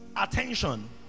attention